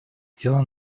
дело